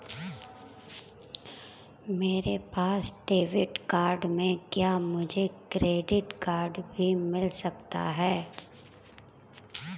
मेरे पास debit card है क्या मुझे क्रेडिट कार्ड भी मिल सकता है?